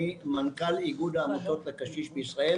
אני מנכ"ל איגוד העמותות לקשיש בישראל.